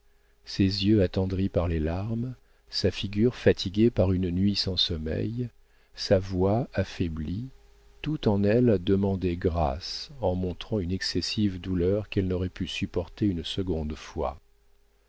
ses yeux attendris par les larmes sa figure fatiguée par une nuit sans sommeil sa voix affaiblie tout en elle demandait grâce en montrant une excessive douleur qu'elle n'aurait pu supporter une seconde fois